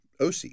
OC